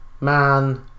man